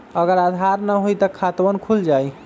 अगर आधार न होई त खातवन खुल जाई?